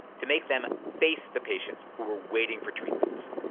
to make them face the patients who were waiting for treatments!